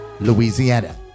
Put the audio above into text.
Louisiana